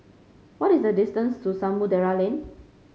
what is the distance to Samudera Lane